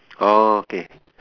okay